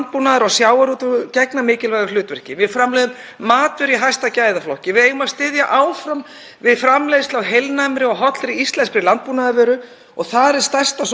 og þar er stærsta sóknartækifærið líklega í íslensku grænmeti. En höft og hömlur, t.d. í formi tolla og undanþágna frá samkeppnislögum, gera akkúrat